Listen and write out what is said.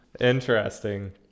interesting